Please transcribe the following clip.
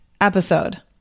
episode